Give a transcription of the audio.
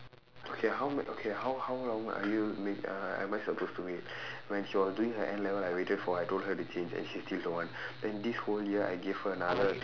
okay how okay how how long are you wait am I supposed to wait when she was doing her N level I waited for her I told her to change and she still don't want then this whole year I gave her another